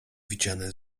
widziane